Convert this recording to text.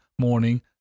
Morning